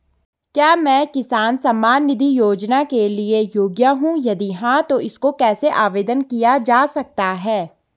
क्या मैं किसान सम्मान निधि योजना के लिए योग्य हूँ यदि हाँ तो इसको कैसे आवेदन किया जा सकता है?